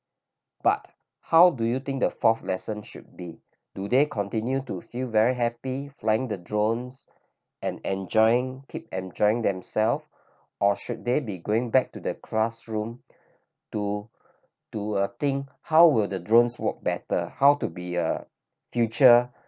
but how do you think the fourth lesson should be do they continue to feel very happy flying the drones and enjoying keep enjoying them-self or should they be going back to the classroom to to uh think how will the drones work better how to be uh future